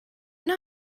know